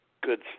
good